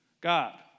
God